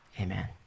Amen